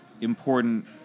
important